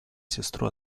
сестру